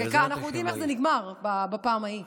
אנחנו יודעים איך זה נגמר בפעם ההיא.